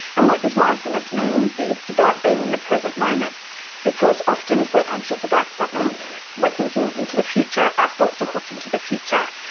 and what does mindfulness mean? it's about being in the present moment because often if we are anxious about something we are thinking into the future, our thoughts are hooked into the future.